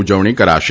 ઉજવણી કરાશે